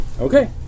Okay